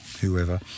whoever